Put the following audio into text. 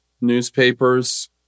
newspapers